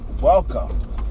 Welcome